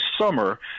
summer